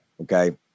Okay